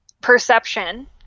perception